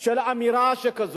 על אמירה שכזאת.